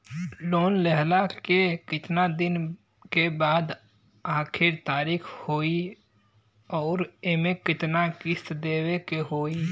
Loan लेहला के कितना दिन के बाद आखिर तारीख होई अउर एमे कितना किस्त देवे के होई?